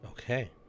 Okay